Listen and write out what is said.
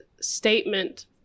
statement